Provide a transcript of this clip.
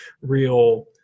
real